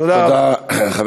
תודה רבה.